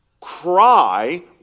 cry